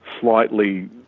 slightly